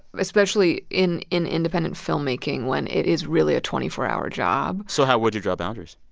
especially in in independent filmmaking when it is really a twenty four hour job so how would you draw boundaries?